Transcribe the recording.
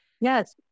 Yes